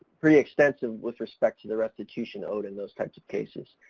pretty extensive with respect to the restitution owed in those types of cases.